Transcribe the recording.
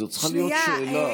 זו צריכה להיות שאלה.